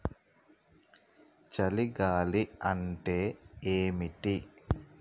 చలి గాలి అంటే ఏమిటి?